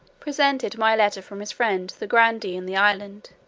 presented my letter from his friend the grandee in the island,